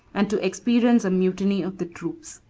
and to experience a mutiny of the troops.